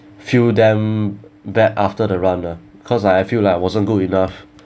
fail them bad after the run ah because I feel like I wasn't good enough